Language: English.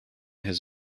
his